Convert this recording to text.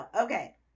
okay